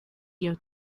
studio